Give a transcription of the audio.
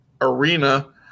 arena